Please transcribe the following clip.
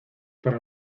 para